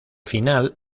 final